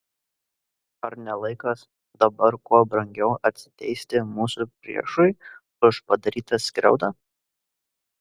ar ne laikas dabar kuo brangiau atsiteisti mūsų priešui už padarytą skriaudą